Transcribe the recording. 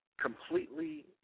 completely